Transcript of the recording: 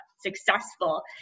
successful